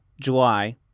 July